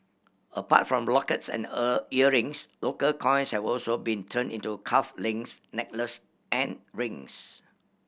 apart from the lockets and earn earrings local coins have also been turned into cuff links necklace and rings